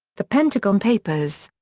the pentagon papers.